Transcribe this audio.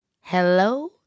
Hello